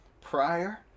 prior